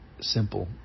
simple